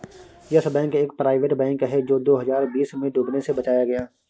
yes Bank एक private bank है जो दो हज़ार बीस में डूबने से बचाया गया